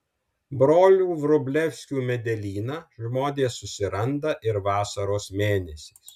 brolių vrublevskių medelyną žmonės susiranda ir vasaros mėnesiais